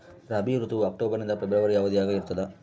ರಾಬಿ ಋತುವು ಅಕ್ಟೋಬರ್ ನಿಂದ ಫೆಬ್ರವರಿ ಅವಧಿಯಾಗ ಇರ್ತದ